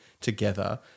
together